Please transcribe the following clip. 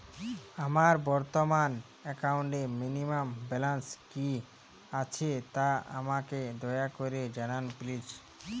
আমার বর্তমান একাউন্টে মিনিমাম ব্যালেন্স কী আছে তা আমাকে দয়া করে জানান প্লিজ